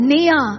Nia